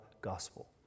gospel